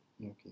Okay